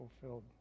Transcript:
fulfilled